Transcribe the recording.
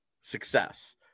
success